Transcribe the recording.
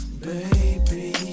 baby